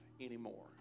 anymore